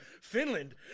Finland